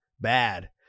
bad